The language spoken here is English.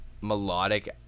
Melodic